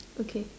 okay